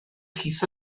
llys